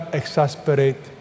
exasperate